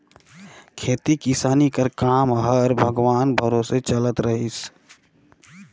खेती किसानी कर काम हर भगवान भरोसे चलत रहिस